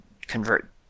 convert